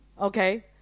Okay